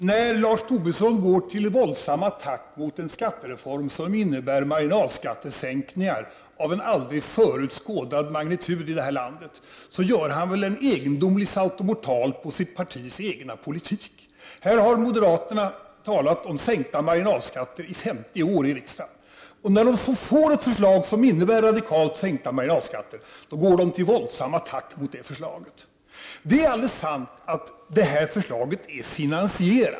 Herr talman! Lars Tobisson går till våldsam attack mot en skattereform som innebär marginalskattesänkningar av aldrig tidigare skådad magnitud i vårt land. Men då gör han nog en egendomlig saltomortal med tanke på det egna partiets politik. Här i riksdagen har moderaterna under 50 års tid talat om behovet av en sänkning av marginalskatterna. När det så kommer ett förslag som innebär radikalt sänkta marginalskatter går moderaterna till våldsam attack mot detta. Det är alldeles sant att förslaget är finansierat.